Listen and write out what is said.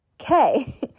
Okay